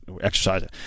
exercise